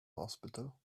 hospital